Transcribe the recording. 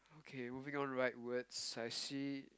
okay moving on rightwards I see